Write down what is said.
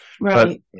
Right